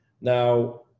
now